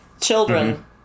children